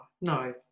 No